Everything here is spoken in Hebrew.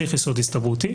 צריך יסוד הסתברותי.